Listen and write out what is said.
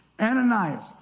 Ananias